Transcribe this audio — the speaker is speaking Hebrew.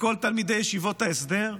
לכל תלמידי ישיבות ההסדר?